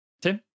Tim